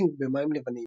רפטינג במים לבנים,